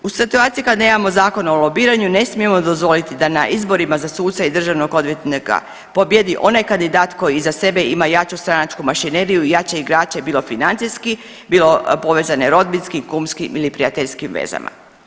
U situaciji kad nemamo Zakon o lobiranju ne smijemo dozvoliti da na izborima za suca i državnog odvjetnika pobijedi onaj kandidat koji iza sebe ima jaču stranačku mašineriju, jače igrače bilo financijski, bilo povezane rodbinski, kumskim ili prijateljskim vezama.